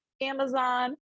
Amazon